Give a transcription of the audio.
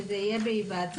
שזה יהיה בהיוועצות,